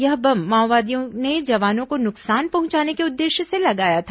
यह बम माओवादियों ने जवानों को नुकसान पहुंचाने के उद्देश्य से लगाया था